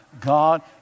God